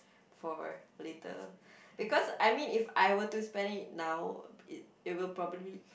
for later because I mean if I were to spend it now it it will probably